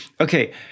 Okay